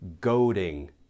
goading